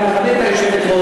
מה עשיתי לך?